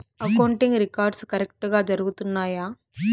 accounting records కరెక్టుగా జరుగుతున్నాయా